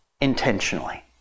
intentionally